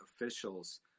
officials